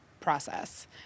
process